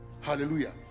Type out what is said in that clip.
Hallelujah